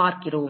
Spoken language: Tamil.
பார்க்கிறோம்